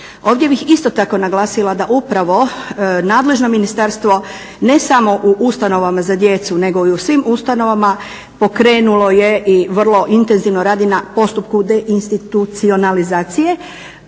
Ovdje bih isto tako naglasila da upravo nadležno ministarstvo ne samo u ustanovama za djecu nego i u svim ustanovama pokrenulo je i vrlo intenzivno radi na postupku deinstitucionalizacije,